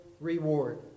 reward